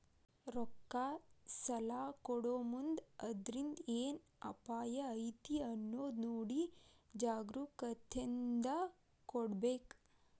ರೊಕ್ಕಾ ಸಲಾ ಕೊಡೊಮುಂದ್ ಅದ್ರಿಂದ್ ಏನ್ ಅಪಾಯಾ ಐತಿ ಅನ್ನೊದ್ ನೊಡಿ ಜಾಗ್ರೂಕತೇಂದಾ ಕೊಡ್ಬೇಕ್